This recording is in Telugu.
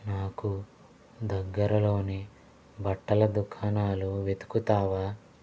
నాకు దగ్గరలోని బట్టల దుకాణాలు వెతుకుతావా